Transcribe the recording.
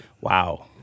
Wow